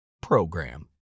PROGRAM